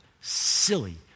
silly